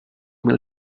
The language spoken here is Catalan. mil